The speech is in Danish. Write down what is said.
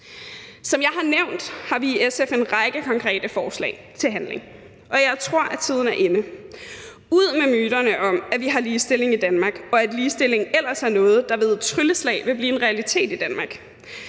Som jeg har nævnt, har vi i SF en række konkrete forslag til handling, og jeg tror, at tiden er inde. Ud med myterne om, at vi har ligestilling i Danmark, og at ligestilling ellers er noget, der ved et trylleslag vil blive en realitet i Danmark.